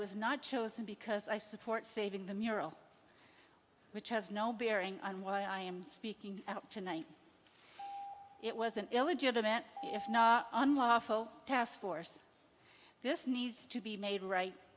was not chosen because i support saving the mural which has no bearing on what i am speaking out tonight it was an illegitimate unlawful task force this needs to be made right